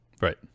Right